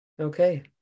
okay